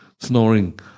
snoring